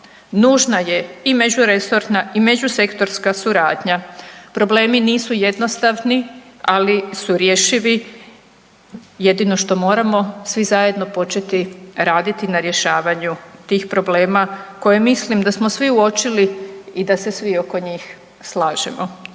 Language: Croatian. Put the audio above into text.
Nužna je i međuresorna i međusektorska suradnja, problemi nisu jednostavni, ali su rješivi jedino što moramo svi zajedno početi raditi na rješavanju tih problema koje mislim da smo svi uočili i da se svi oko njih slažemo.